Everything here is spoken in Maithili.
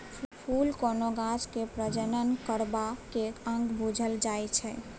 फुल कुनु गाछक प्रजनन करबाक अंग बुझल जाइ छै